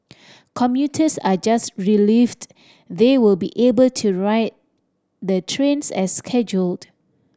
commuters are just relieved they will be able to ride the trains as scheduled